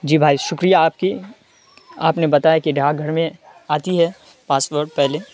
جی بھائی شکریہ آپ کی آپ نے بتایا کہ ڈاک گھر میں آتی ہے پاسپورٹ پہلے